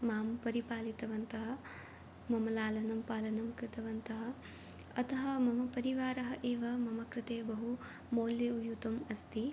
माम् परिपालितवन्तः मम लालनं पालनं कृतवन्तः अतः मम परिवारः एव मम कृते बहु मौल्ययुतम् अस्ति